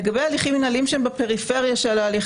לגבי הליכים מינהליים שהם בפריפריה של ההליך